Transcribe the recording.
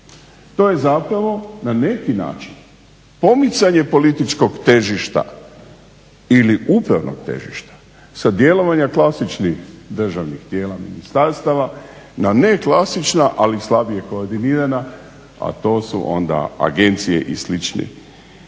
To je zapravo na neki način pomicanje političkog težišta ili upravnog težišta sa djelovanja klasičnih državnih tijela ministarstava na neklasična, ali slabije koordinirana a to su onda agencije i slične